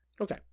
Okay